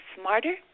smarter